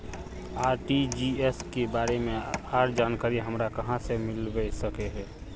RTGS के बारे में आर जानकारी हमरा कहाँ से मिलबे सके है?